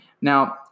Now